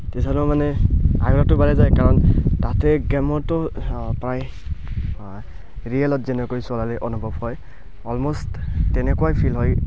তেতিয়াও মানে আগ্ৰহটো বাঢ়ি যায় কাৰণ তাতে গেমতো প্ৰায় ৰিয়েলত যেনেকৈ চলালে অনুভৱ হয় অলম'ষ্ট তেনেকুৱাই ফিল হয়